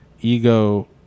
ego